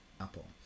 apple